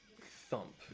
thump